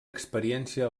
experiència